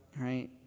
right